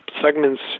segments